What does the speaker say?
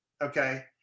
okay